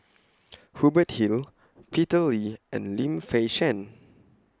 Hubert Hill Peter Lee and Lim Fei Shen